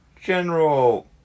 general